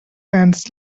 ants